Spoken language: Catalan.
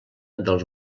dels